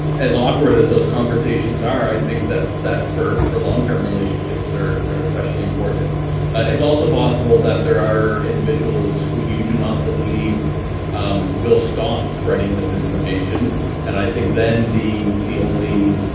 as awkward as those conversations are i think that that for for long-term relationships are especially important it's also possible that there are individuals who you do not believe will stop spreading misinformation and i think then the the only